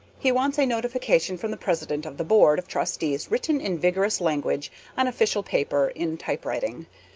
he wants a notification from the president of the board of trustees written in vigorous language on official paper in typewriting.